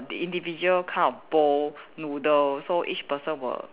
individual kind of bowl noodles so each person will